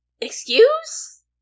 Excuse